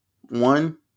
One